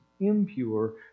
impure